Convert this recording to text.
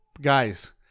guys